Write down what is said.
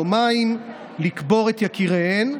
יומיים לקבור את יקיריהן.